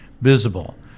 visible